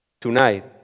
tonight